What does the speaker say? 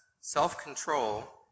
self-control